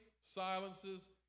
silences